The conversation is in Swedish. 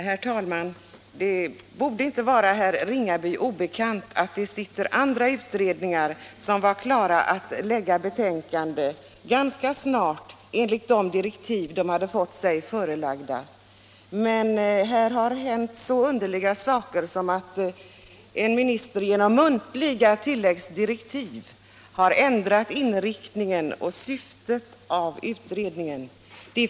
Herr talman! Det borde inte vara herr Ringaby obekant att det också finns andra utredningar, som varit klara och beredda att ganska snart lägga fram sina betänkanden enligt de direktiv som de hade fått sig förelagda men att det här har hänt så underliga saker som att en minister genom muntliga tilläggsdirektiv har ändrat inriktningen och syftet med utredningen!